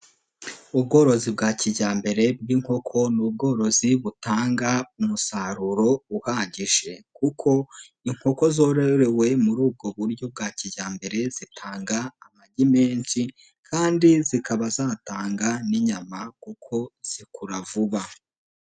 Ubworozi bwa kijyambere bw'inkoko ni ubworozi butanga umusaruro uhagije, kuko inkoko zorowe muri ubwo buryo bwa kijyambere zitanga amagi menshi kandi zikaba zitanga n’inyama, kuko zikura vuba.